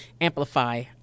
amplify